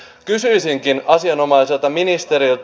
kysyisinkin asianomaiselta ministeriltä